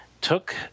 took